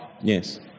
Yes